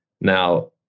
Now